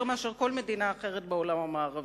יותר מאשר כל מדינה אחרת בעולם המערבי,